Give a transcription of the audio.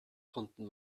konnten